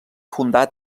fundà